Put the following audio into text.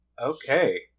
Okay